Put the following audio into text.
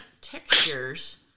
textures